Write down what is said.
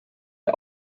the